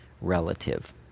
relative